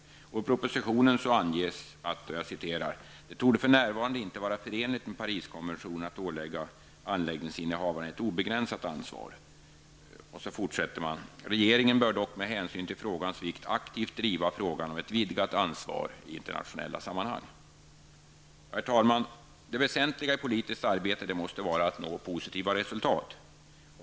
I propositionen anges att ''det torde för närvarande inte vara förenligt med Pariskonventionen att ålägga anläggningsinnehavaren ett obegränsat ansvar. Regeringen bör dock med hänsyn till frågans vikt aktivt driva frågan om ett vidgat ansvar i internationella sammanhang''. Herr talman! Det väsentliga i politiskt arbete måste vara att nå positiva resultat.